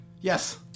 yes